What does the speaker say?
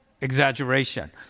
exaggeration